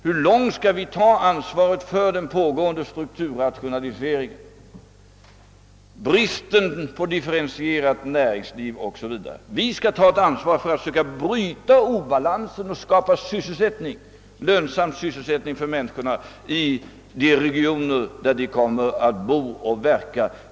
Hur långt skall vi ta ansvaret för den pågående strukturrationaliseringen, för bristen på differentierat näringsliv o.s.v.? Vi skall ta ett ansvar för att söka bryta obalansen och skapa lönsam sysselsättning för människorna i de regioner där de kommer att bo och verka.